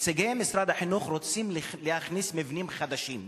נציגי משרד החינוך רוצים להכניס מבנים חדשים,